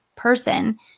person